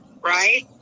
Right